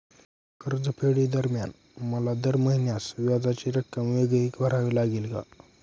कर्जफेडीदरम्यान मला दर महिन्यास व्याजाची रक्कम वेगळी भरावी लागेल का?